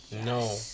No